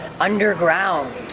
underground